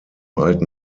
alten